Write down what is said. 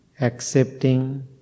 accepting